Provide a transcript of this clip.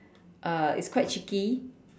uh it's quite cheeky